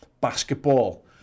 basketball